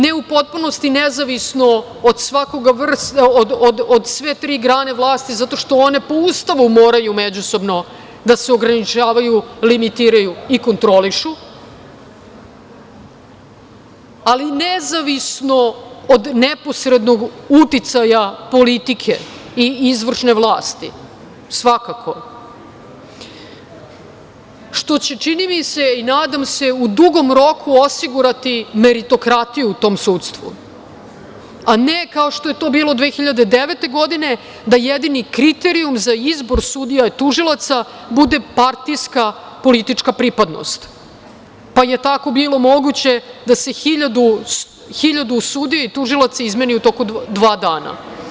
Ne u potpunosti nezavisno od sve tri grane vlasti zato što one po ustavu moraju da se ograničavaju, limitiraju i kontrolišu, ali nezavisno od neposrednog uticaja politike i izvršne vlasti, svakako, što će čini mi se i nadam se, u dugom roku osigurati meritokratiju tom sudstvu, a ne kao što je bilo 2009. godine, da jedini kriterijum za izbor sudija i tužilaca bude partijska politička pripadnost, pa je tako bilo moguće da se 1000 sudija i tužilaca izmeni u dva dana.